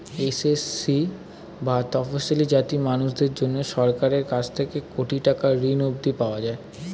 SC বা তফশিলী জাতির মানুষদের জন্যে সরকারের কাছ থেকে কোটি টাকার ঋণ অবধি পাওয়া যায়